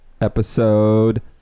episode